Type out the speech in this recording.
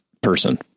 person